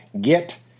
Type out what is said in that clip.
Get